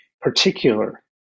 particular